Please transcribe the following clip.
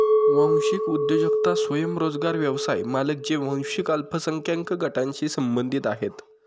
वांशिक उद्योजकता स्वयंरोजगार व्यवसाय मालक जे वांशिक अल्पसंख्याक गटांशी संबंधित आहेत